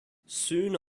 soon